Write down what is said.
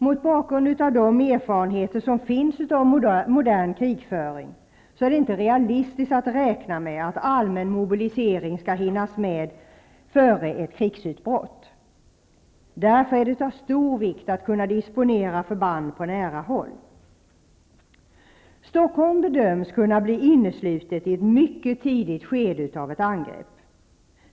Mot bakgrund av de erfarenheter som finns av modern krigföring är det inte realistiskt att räkna med att allmän mobilisering skall hinnas med före ett krigsutbrott. Därför är det av stor vikt att kunna disponera förband på nära håll. Stockholm bedöms kunna bli inneslutet i ett mycket tidigt skede av ett angrepp.